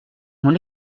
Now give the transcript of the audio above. mon